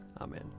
Amen